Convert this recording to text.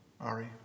Ari